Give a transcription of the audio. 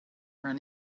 run